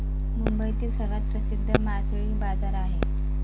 मुंबईतील सर्वात प्रसिद्ध मासळी बाजार आहे